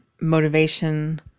motivation